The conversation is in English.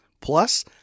Plus